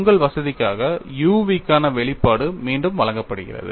உங்கள் வசதிக்காக u y க்கான வெளிப்பாடு மீண்டும் வழங்கப்படுகிறது